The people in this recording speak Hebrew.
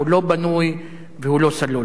הוא לא בנוי והוא לא סלול?